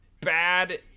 bad